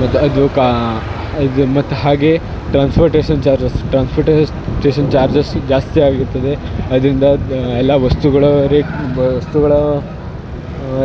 ಮತ್ತು ಅದು ಕಾ ಅದು ಮತ್ತು ಹಾಗೇ ಟ್ರಾನ್ಸ್ಪೋಟೇಶನ್ ಚಾರ್ಜಸ್ ಟ್ರಾನ್ಸ್ಪೋಟೇಷನ್ ಚಾರ್ಜಸ್ ಜಾಸ್ತಿ ಆಗಿರ್ತದೆ ಅದರಿಂದ ಎಲ್ಲ ವಸ್ತುಗಳ ರೇಟ್ ವಸ್ತುಗಳ